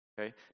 Okay